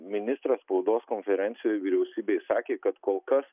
ministras spaudos konferencijoj vyriausybėj sakė kad kol kas